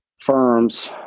firms